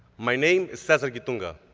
my name is cesar guitunga.